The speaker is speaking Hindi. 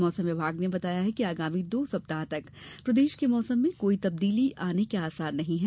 मौसम विभाग ने बताया कि आगामी दो सप्ताह तक प्रदेश के मौसम में कोई तब्दीली आने के आसार नहीं है